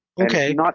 Okay